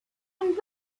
and